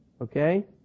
okay